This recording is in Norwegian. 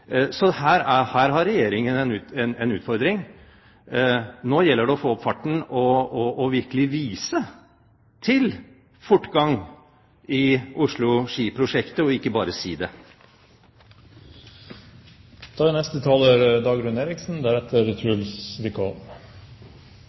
Her har Regjeringen en utfordring. Nå gjelder det å få opp farten og virkelig vise fortgang i Oslo–Ski-prosjektet, ikke bare si det. Da vi nå hørte statsråden, fikk vi virkelig synliggjort hvordan det er